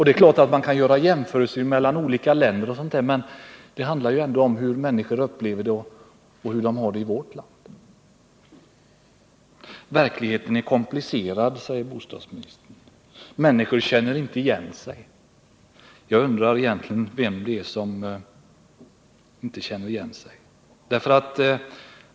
Det är klart att man kan göra jämförelser mellan olika länder, men det handlar ändå om hur människor upplever det och har det i vårt land. ”Verkligheten är komplicerad”, säger bostadsministern. ”Människor känner inte igen sig.” Jag undrar vem det egentligen är som inte känner igen sig.